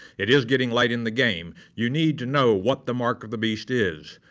it is getting late in the game, you need to know what the mark of the beast is,